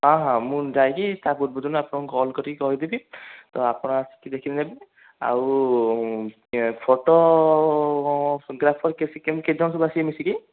ହଁ ହଁ ମୁଁ ଯାଇକି ତା ପୂର୍ବଦିନ ଆପଣଙ୍କୁ କଲ୍ କରିକି କହି ଦେବି ତ ଆପଣ ଆସିକି ଦେଖିନେବେ ଆଉ ଫଟୋଗ୍ରାଫର୍ କେସି କେମିତି କେତେଜଣ ଜଣ ସବୁ ଆସିବେ ମିଶିକି